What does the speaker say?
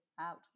out